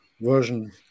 version